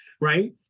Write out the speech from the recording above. right